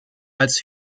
als